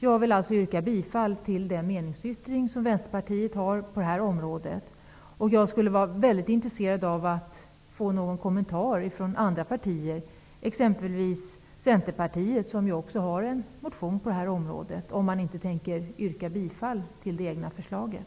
Jag vill yrka bifall till Vänsterpartiets meningsyttring på detta område. Jag skulle också vara intresserad av att få någon kommentar från andra partier, exempelvis Centerpartiet som också har lagt fram en motion på detta område, om man inte tänker yrka bifall till det egna förslaget.